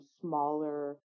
smaller